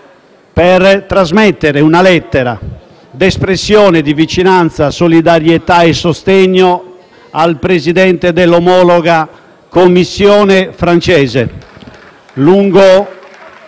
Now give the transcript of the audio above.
di trasmettere una lettera di espressione di vicinanza, solidarietà e sostegno al Presidente dell'omologa Commissione francese,